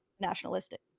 nationalistic